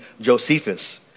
Josephus